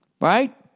right